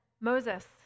Moses